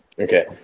okay